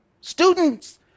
Students